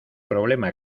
problema